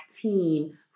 team